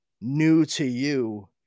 new-to-you